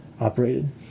operated